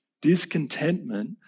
Discontentment